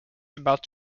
about